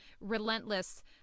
relentless